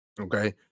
Okay